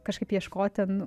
kažkaip ieškoti nu